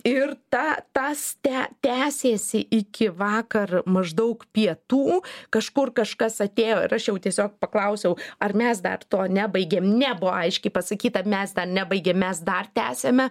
ir ta tas te tęsėsi iki vakar maždaug pietų kažkur kažkas atėjo ir aš jau tiesiog paklausiau ar mes dar nebaigėm ne buvo aiškiai pasakyta mes dar nebaigėm mes dar tęsiame